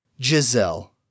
Giselle